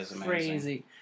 crazy